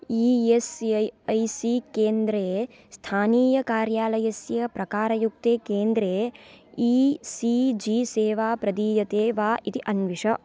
E S I C केन्द्रे स्थानीयकार्यालयस्य प्रकारयुक्ते केन्द्रे ई सी जी सेवा प्रदीयते वा इति अन्विष